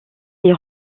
les